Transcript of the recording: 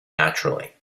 naturally